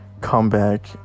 comeback